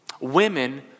women